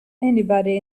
anybody